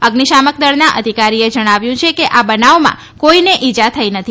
અઝિશામક દળના અધિકારીએ જણાવ્યું છે કે આ બનાવમાં કોઈને ઈજા થઈ નથી